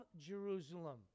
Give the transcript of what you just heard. Jerusalem